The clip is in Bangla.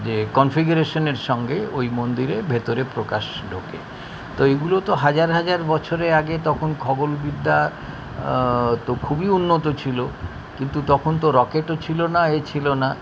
যে কনফিগারেশনের সঙ্গে ওই মন্দিরের ভিতরে প্রকাশ ঢোকে তো এইগুলো তো হাজার হাজার বছরে আগে তখন খবল বিদ্যা তো খুবই উন্নত ছিল কিন্তু তখন তো রকেটও ছিল না এ ছিল না